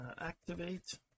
activate